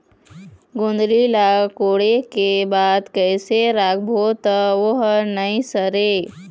गोंदली ला खोदे के बाद कइसे राखबो त ओहर नई सरे?